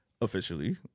Officially